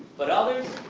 but others?